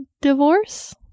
divorce